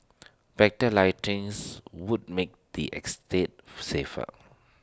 better lightings would make the estate safer